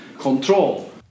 control